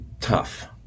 tough